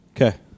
Okay